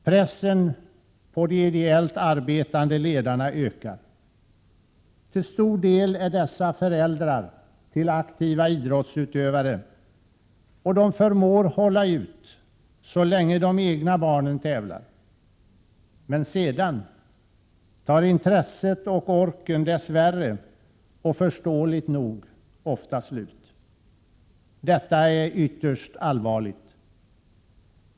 Pressen på de ideellt arbetande ledarna ökar. Till stor del är dessa föräldrar till aktiva idrottsutövare, och de förmår hålla ut så länge de egna barnen tävlar, men sedan tar intresset och orken dess värre — och förståeligt nog — ofta slut. Detta är ytterst allvarligt.